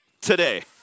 Today